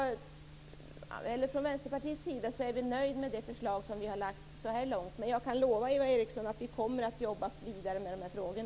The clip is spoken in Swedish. Från Vänsterpartiets sida är vi nöjda med det förslag som vi har lagt fram så här långt, men jag kan lova Eva Eriksson att vi kommer att jobba vidare med dessa frågor.